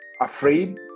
Afraid